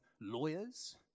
lawyers